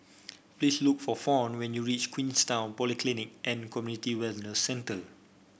please look for Fawn when you reach Queenstown Polyclinic and Community Wellness Centre